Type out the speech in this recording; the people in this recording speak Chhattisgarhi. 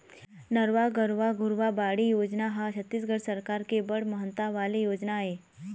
नरूवा, गरूवा, घुरूवा, बाड़ी योजना ह छत्तीसगढ़ सरकार के बड़ महत्ता वाले योजना ऐ